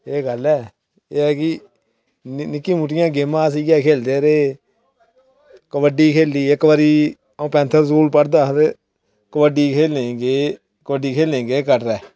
ते एह् गल्ल ऐ ते निक्कियां मुट्टियां गै गेमां अस खेढदे हे कबड्डी खेढी ते इक बारी अ'ऊं पैंथल स्कूल पढ़दा हा ते कबड्डी खेढने गी गे हे कटरै